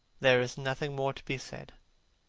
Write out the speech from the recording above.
there is nothing more to be said.